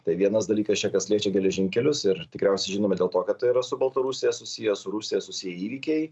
tai vienas dalykas čia kas liečia geležinkelius ir tikriausiai žinome dėl to kad tai yra su baltarusija susiję su rusija susiję įvykiai